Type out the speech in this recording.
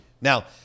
Now